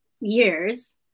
years